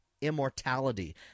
immortality